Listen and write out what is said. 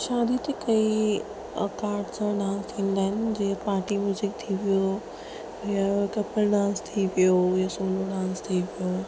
शादी ते कई प्रकार जा नाम थींदा आहिनि जीअं पार्टी म्यूज़िक थी वियो या कपल डांस थी वियो या सोलो डांस थी वियो